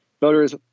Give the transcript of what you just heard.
voters